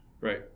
Right